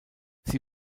sie